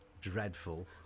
dreadful